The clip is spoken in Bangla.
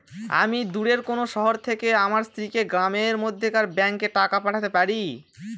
আমি দূরের কোনো শহর থেকে আমার স্ত্রীকে গ্রামের মধ্যেকার ব্যাংকে টাকা পাঠাতে পারি?